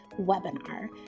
webinar